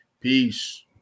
Peace